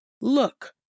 Look